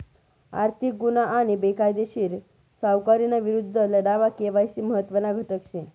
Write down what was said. आर्थिक गुन्हा आणि बेकायदेशीर सावकारीना विरुद्ध लढामा के.वाय.सी महत्त्वना घटक शे